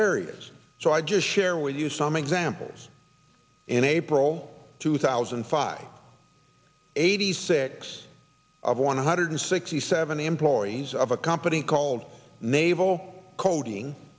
areas so i just share with you some examples in april two thousand and five eighty six of one hundred sixty seven employees of a company called naval coding